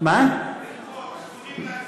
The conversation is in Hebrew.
80, להצביע.